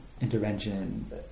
intervention